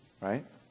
right